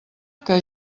que